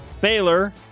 Baylor